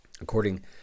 According